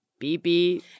BB